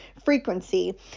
frequency